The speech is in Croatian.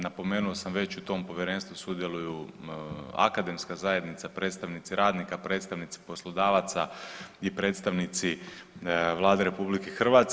Napomenuo sam već, u tom povjerenstvu sudjeluju akademska zajednica, predstavnici radnika, predstavnici poslodavaca i predstavnici Vlade RH.